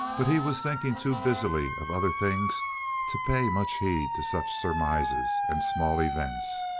but he was thinking too busily of other things to pay much heed to such surmises and small events.